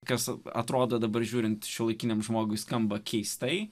kas atrodo dabar žiūrint šiuolaikiniam žmogui skamba keistai